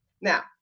Now